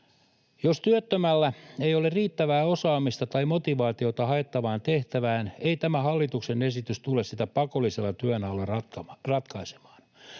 Jos työttömällä ei ole riittävää osaamista tai motivaatiota haettavaan tehtävään, ei tämä hallituksen esitys tule sitä pakollisella työnhaulla ratkaisemaan.